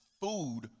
food